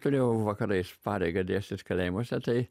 turėjau vakarais pareigą dėstyt kalėjimuose tai